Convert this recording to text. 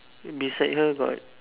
beside her got